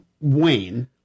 Wayne